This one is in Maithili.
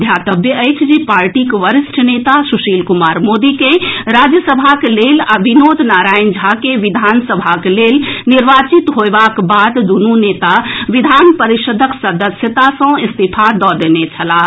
ध्यातव्य अछि जे पार्टीक वरिष्ठ नेता सुशील कुमार मोदी के राज्यसभाक लेल आ विनोद नारायण झा के विधानसभाक लेल निर्वाचित होएबाक बाद दुनू नेता विधान परिषदक सदस्यता सँ इस्तीफा दऽ देने छलाह